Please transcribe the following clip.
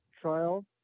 trial